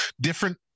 different